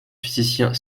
physicien